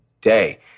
day